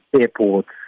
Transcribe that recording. airports